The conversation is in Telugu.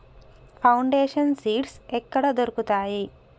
ఫౌండేషన్ సీడ్స్ ఎక్కడ దొరుకుతాయి?